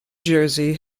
jersey